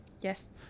Yes